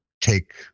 take